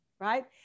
right